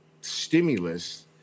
stimulus